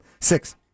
Six